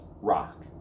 rock